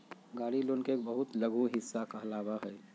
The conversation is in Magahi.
गाड़ी लोन के एक बहुत लघु हिस्सा कहलावा हई